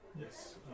yes